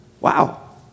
Wow